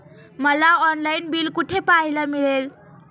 मला online bill कुठे पाहायला मिळेल?